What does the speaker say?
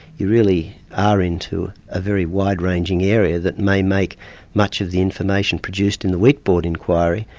you really are into a very wide-ranging area that may make much of the information produced in the wheat board inquiry,